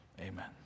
Amen